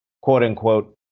quote-unquote